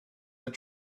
that